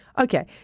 Okay